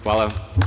Hvala.